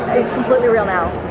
it's completely real now.